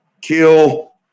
kill